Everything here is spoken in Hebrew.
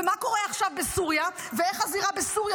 ומה קורה עכשיו בסוריה ואיך הזירה בסוריה